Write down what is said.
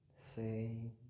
say